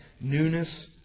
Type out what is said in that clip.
Newness